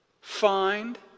find